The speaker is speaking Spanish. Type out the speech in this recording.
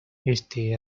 este